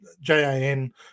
JAN